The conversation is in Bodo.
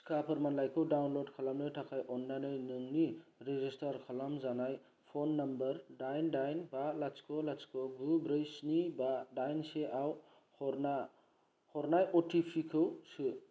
टिका फोरमानलाइखौ डाउनलड खालामनो थाखाय अननानै नोंनि रेजिस्टार खालामजानाय फ'न नाम्बर दाइन दाइन बा लाथिख' लाथिख' गु ब्रै स्नि बा दाइन से आव हरनाय अ टि पि खौ सो